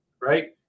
right